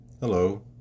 Hello